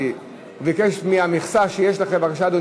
ההצעה קיבלה פטור מחובת הנחה ויש תמיכת ממשלה.